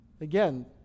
Again